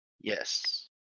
Yes